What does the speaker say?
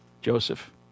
Joseph